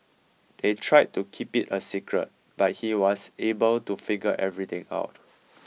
they tried to keep it a secret but he was able to figure everything out